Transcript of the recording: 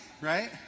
right